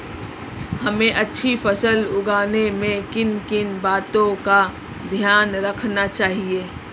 हमें अच्छी फसल उगाने में किन किन बातों का ध्यान रखना चाहिए?